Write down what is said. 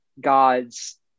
God's